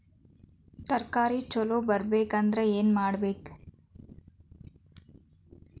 ತರಕಾರಿ ಛಲೋ ಬರ್ಬೆಕ್ ಅಂದ್ರ್ ಏನು ಮಾಡ್ಬೇಕ್?